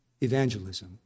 evangelism